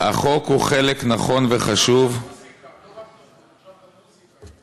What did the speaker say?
"החוק הוא חלק נכון וחשוב" עכשיו גם מוזיקה,